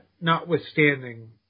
notwithstanding